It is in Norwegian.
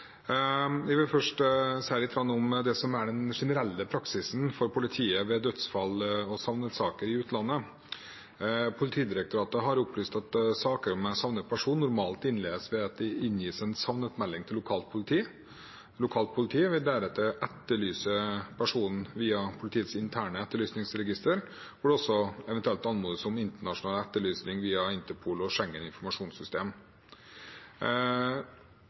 Jeg vil først si litt om det som er den generelle praksisen for politiet ved dødsfall og savnet-saker i utlandet. Politidirektoratet har opplyst at saker med en savnet person normalt innledes ved at det inngis en savnet-melding til lokalt politi. Lokalt politi vil deretter etterlyse personen via politiets interne etterlysningsregister, hvor det også eventuelt anmodes om internasjonal etterlysning via Interpol og Schengen informasjonssystem.